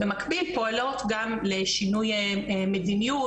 במקביל פועלות גם לשינוי מדיניות,